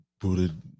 booted